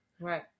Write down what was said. Right